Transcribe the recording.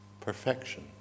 perfection